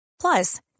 Plus